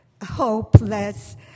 hopeless